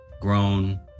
grown